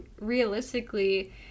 realistically